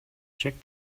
check